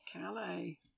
Calais